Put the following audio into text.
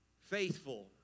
faithful